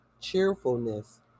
cheerfulness